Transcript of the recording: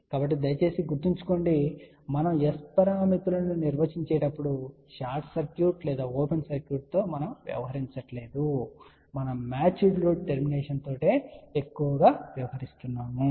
కాబట్టి దయచేసి గుర్తుంచుకోండి మనం S పరిమితులను నిర్వచించేటప్పుడు షార్ట్ సర్క్యూట్ లేదా ఓపెన్ సర్క్యూట్తో మనము వ్యవహరించలేదు మనం మ్యాచ్డ్ లోడ్ టెర్మినేషన్ తో ఎక్కువగా వ్యవహరిస్తున్నాము